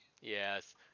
Yes